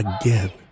again